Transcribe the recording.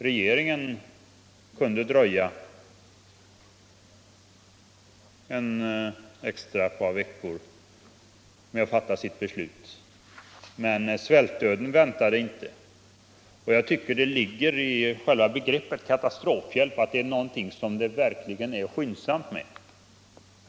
Regeringen kundedröja ett par extra veckor med att fatta sitt beslut, men svältdöden väntade inte, och jag tycker att det ligger i själva begreppet katastrofhjälp att den skall sättas in skyndsamt.